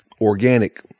organic